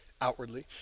outwardly